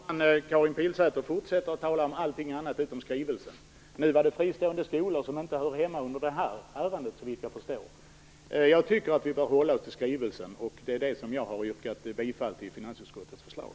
Herr talman! Karin Pilsäter fortsätter att tala om allt annat än skrivelsen. Nu gällde det fristående skolor, något som såvitt jag förstår inte hör hemma i det här ärendet. Jag tycker att vi bör hålla oss till skrivelsen. Det jag har yrkat bifall till är finansutskottets förslag.